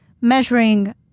measuring